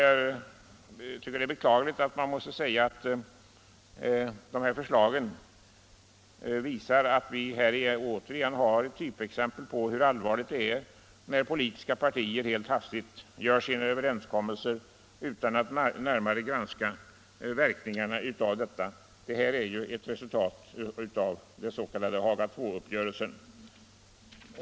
Jag tycker det är beklagligt att man måste säga att vi här återigen har ett typexempel på hur allvarligt det är när politiska partier helt hastigt gör sina överenskommelser utan att närmare granska verkningarna av dem. Detta är ju ett resultat av den s.k. Haga II-uppgörelsen.